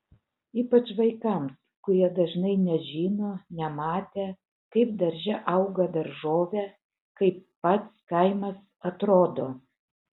ypač vaikams kurie dažnai nežino nematę kaip darže auga daržovė kaip pats kaimas atrodo